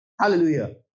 Hallelujah